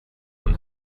und